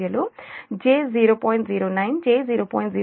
09 j 0